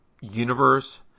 universe